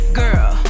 girl